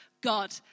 God